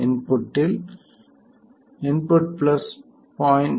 இன்புட்டில் இன்புட் 0